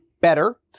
better